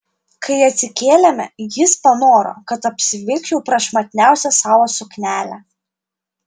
kai atsikėlėme jis panoro kad apsivilkčiau prašmatniausią savo suknelę